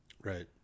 Right